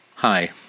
Hi